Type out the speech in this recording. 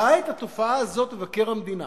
ראה את התופעה הזאת מבקר המדינה